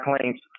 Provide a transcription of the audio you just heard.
claims